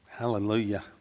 Hallelujah